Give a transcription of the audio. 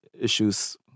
issues